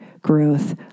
growth